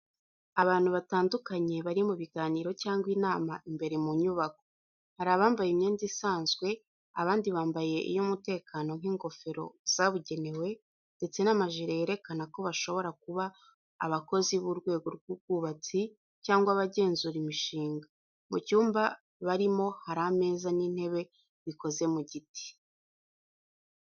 Abantu batandukanye bari mu biganiro cyangwa inama imbere mu nyubako. Hari abambaye imyenda isanzwe, abandi bambaye iy’umutekano nk’ingofero zabugenewe ndetse n’amajire yerekana ko bashobora kuba abakozi b’urwego rw’ubwubatsi cyangwa abagenzura imishinga. Mu cyumba barimo hari ameza n'intebe bikoze mu giti.